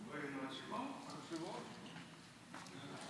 לשדרות וליישובי הנגב המערבי (הוראת שעה) (תיקון מס' 7),